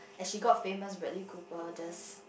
as she got famous Bradley-Cooper just